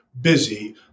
busy